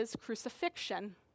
crucifixion